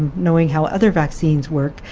knowing how other vaccines work,